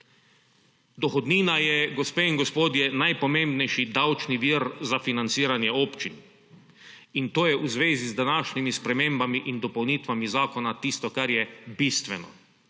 Dohodnina je, gospe in gospodje, najpomembnejši davčni vir za financiranje občin in to je v zvezi z današnjimi spremembami in dopolnitvami zakona tisto, kar je bistveno.